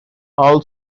all